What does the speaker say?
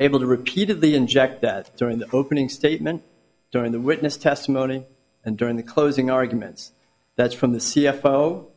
able to repeatedly inject that during the opening statement during the witness testimony and during the closing arguments that's from the c f o